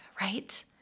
right